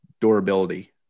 durability